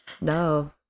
No